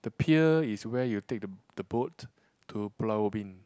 the pier is where you take the the boat to Pulau-Ubin